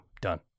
Done